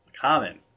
common